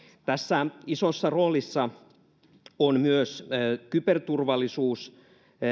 tässä isossa roolissa ovat kyberturvallisuus